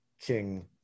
King